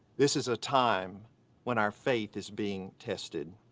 this is a time when our faith is being tested.